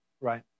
right